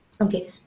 okay